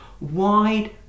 wide